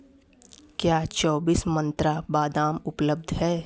क्या चौबीस मंत्रा बादाम उपलब्ध है